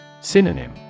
Synonym